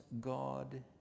God